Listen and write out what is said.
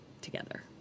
together